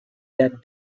their